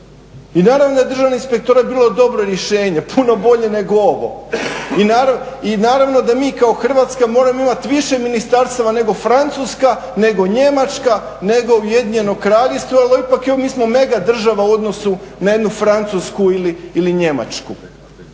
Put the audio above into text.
i naravno da je Državni inspektorat bio dobro rješenje, puno bolje nego ovo. I naravno da mi kao Hrvatska moramo imati više ministarstava nego Francuska, nego Njemačka, nego Ujedinjeno Kraljevstvo jer ipak mi smo megadržava u odnosu na jednu Francusku ili Njemačku.